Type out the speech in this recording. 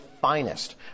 finest